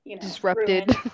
disrupted